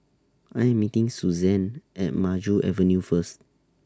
I Am meeting Suzanne At Maju Avenue First